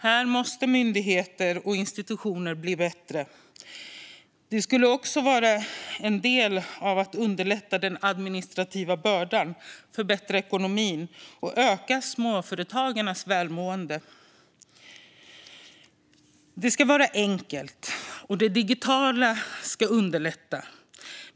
Här måste myndigheter och institutioner bli bättre. Det skulle också vara en del i att underlätta den administrativa bördan, förbättra ekonomin och öka småföretagarnas välmående. Det ska vara enkelt, och det digitala ska underlätta.